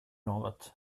något